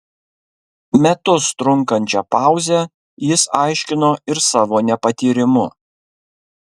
metus trunkančią pauzę jis aiškino ir savo nepatyrimu